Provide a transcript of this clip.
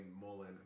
Mullen